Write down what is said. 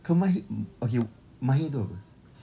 kemahi~ mm okay mahir tu apa